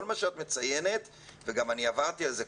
כל מה שאת מציינת, וגם אני עברתי על זה.